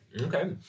Okay